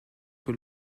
que